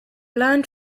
learned